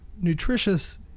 nutritious